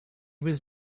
was